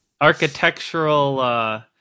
architectural